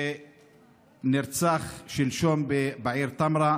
שנרצח שלשום בעיר טמרה,